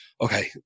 Okay